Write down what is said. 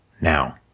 now